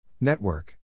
Network